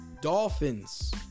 Dolphins